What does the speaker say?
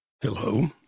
Hello